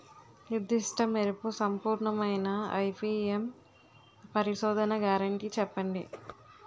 నిర్దిష్ట మెరుపు సంపూర్ణమైన ఐ.పీ.ఎం పరిశోధన గ్యారంటీ చెప్పండి?